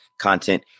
content